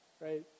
right